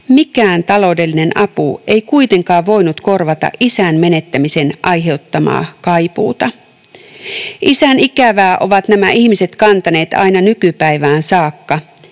Mikään taloudellinen apu ei kuitenkaan voinut korvata isän menettämisen aiheuttamaa kaipuuta. Isän ikävää ovat nämä ihmiset kantaneet aina nykypäivään saakka.